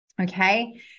Okay